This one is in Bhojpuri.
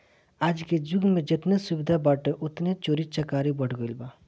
आजके जुग में जेतने सुविधा बाटे ओतने चोरी चकारी बढ़ गईल बा